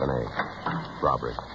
Robbery